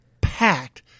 packed